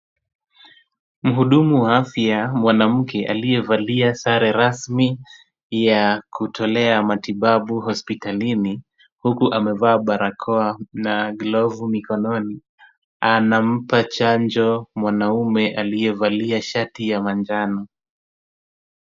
Mhudumu wa afya mwanamke aliyevalia sare rasmi ya kutolea matibabu hospitalini, huku amevaa barakoa na glavu mikononi, anampa chanjo mwanamume aliyevalia shati ya manjano.